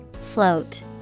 Float